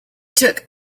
took